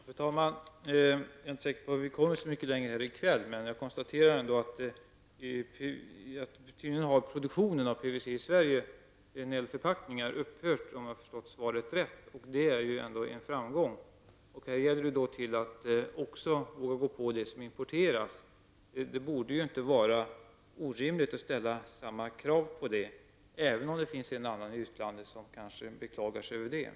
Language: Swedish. Fru talman! Jag är inte säker på att vi kommer så mycket längre här i kväll. Men jag kan ändå konstatera att produktionen av PVC-förpackningar i Sverige tydligen har upphört, om jag har förstått svaret rätt. Det är ju ändå en framgång. Här vill det till att man också vågar gå på sådant som importeras. Det borde inte vara orimligt att ställa samma krav på importen, även om det kanske finns en och annan i utlandet som beklagar sig över detta.